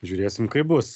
žiūrėsim kaip bus